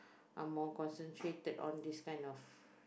Ang-Mo concentrated on this kind of